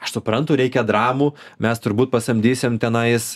aš suprantu reikia dramų mes turbūt pasamdysim tenais